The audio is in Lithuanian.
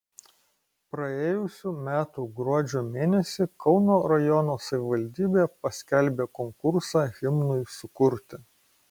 praėjusių metų gruodžio mėnesį kauno rajono savivaldybė paskelbė konkursą himnui sukurti